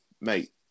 Mate